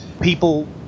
people